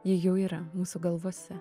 ji jau yra mūsų galvose